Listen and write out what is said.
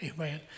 Amen